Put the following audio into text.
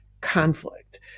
conflict